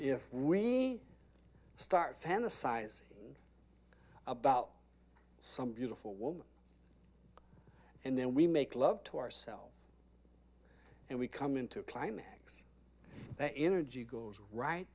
if we start fantasizing about some beautiful woman and then we make love to ourselves and we come into a climax that energy goes right